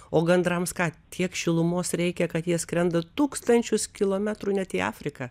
o gandrams ką tiek šilumos reikia kad jie skrenda tūkstančius kilometrų net į afriką